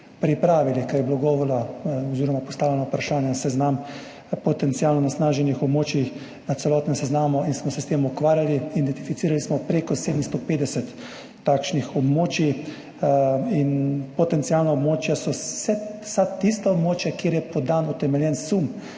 pripravili – o čemer je bilo postavljeno vprašanje – seznam potencialno onesnaženih območij, na celotnem seznamu, in smo se s tem ukvarjali. Identificirali smo prek 750 takšnih območij. Potencialna območja so vsa tista območja, kjer je podan utemeljen sum,